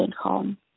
home